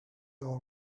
all